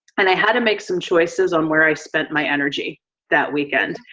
and i had to make some choices on where i spent my energy that weekend.